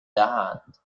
دهند